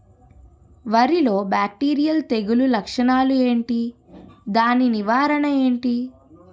వరి లో బ్యాక్టీరియల్ తెగులు లక్షణాలు ఏంటి? దాని నివారణ ఏంటి?